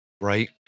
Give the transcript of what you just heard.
right